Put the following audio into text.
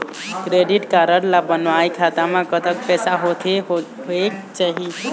Credit card ला बनवाए खाता मा कतक पैसा होथे होएक चाही?